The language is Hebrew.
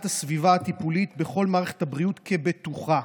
הסביבה הטיפולית בכל מערכת הבריאות בטוחה,